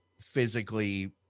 physically